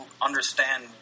understand